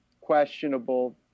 questionable